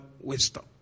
wisdom